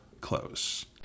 close